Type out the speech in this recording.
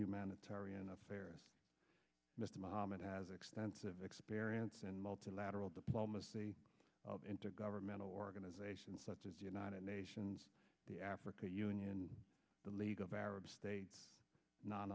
humanitarian affairs mr mohammad has extensive experience in multilateral diplomacy of intergovernmental organizations such as united nations the africa using in the league of arab